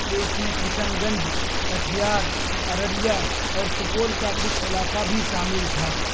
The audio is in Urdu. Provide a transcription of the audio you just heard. کہ اس میں کشن گنج کٹیہار ارریہ اور سپول کا کچھ علاقہ بھی شامل تھا